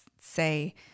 say